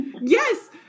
yes